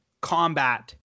combat